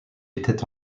était